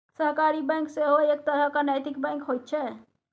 सहकारी बैंक सेहो एक तरहक नैतिक बैंक होइत छै